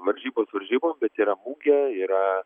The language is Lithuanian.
varžybos varžybos bet yra mugė yra